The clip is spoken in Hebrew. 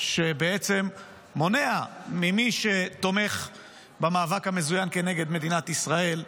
שבעצם מונע ממי שתומך במאבק המזוין כנגד מדינת ישראל,